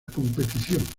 competición